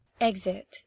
Exit